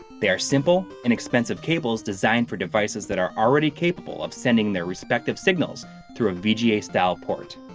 they are simple inexpensive cables designed for devices that are already capable of sending their respective signals through a vga-style port.